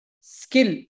skill